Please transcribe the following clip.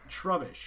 Trubbish